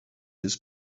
his